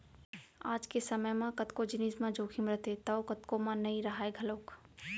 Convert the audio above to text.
आज के समे म कतको जिनिस म जोखिम रथे तौ कतको म नइ राहय घलौक